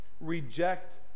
reject